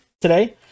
today